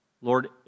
Lord